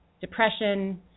depression